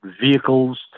vehicles